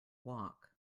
walk